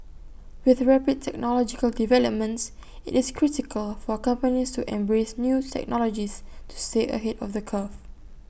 with rapid technological developments IT is critical for companies to embrace new technologies to stay ahead of the curve